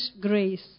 grace